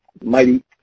mighty